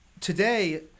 today